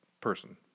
person